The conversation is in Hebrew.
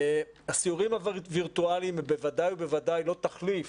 הסיורים הווירטואליים הם בוודאי ובוודאי לא תחליף.